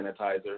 sanitizer